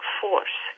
force